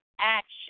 action